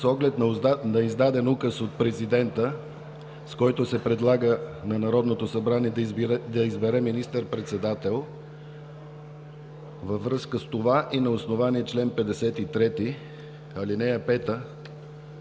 С оглед на издаден Указ от президента, с който се предлага на Народното събрание да избере министър-председател, във връзка с това и на основание чл. 53, ал. 5 от